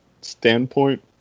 standpoint